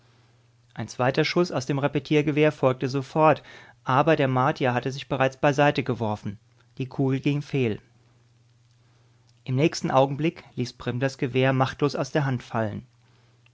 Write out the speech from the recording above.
ein zweiter schuß aus dem repetiergewehr folgte sofort aber der martier hatte sich bereits beiseite geworfen die kugel ging fehl im nächsten augenblick ließ prim das gewehr machtlos aus der hand fallen